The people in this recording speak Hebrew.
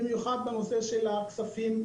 במיוחד בנושא התקציבים.